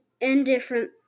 indifferent